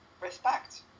respect